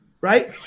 Right